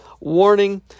warning